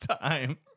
time